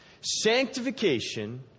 sanctification